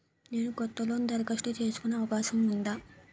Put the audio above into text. నేను కొత్త లోన్ దరఖాస్తు చేసుకునే అవకాశం ఉందా?